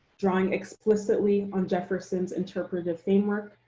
drawing explicitly on jefferson's interpretive framework,